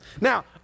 Now